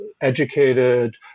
educated